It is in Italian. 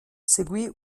seguì